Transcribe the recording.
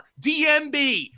DMB